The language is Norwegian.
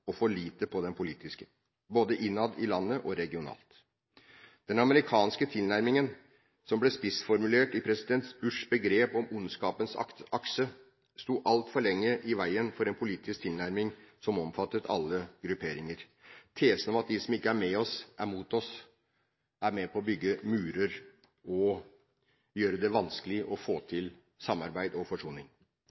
og for lite på den politiske, både innad i landet og regionalt. Den amerikanske tilnærmingen som ble spissformulert i president Bush’s begrep om ondskapens akse, sto altfor lenge i veien for en politisk tilnærming som omfattet alle grupperinger. Tesen om at de som ikke er med oss, er mot oss, er med på å bygge murer og gjøre det vanskelig å få til samarbeid og forsoning.